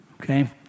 okay